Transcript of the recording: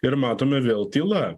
ir matome vėl tyla